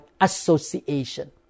association